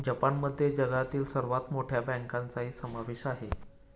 जपानमध्ये जगातील सर्वात मोठ्या बँकांचाही समावेश आहे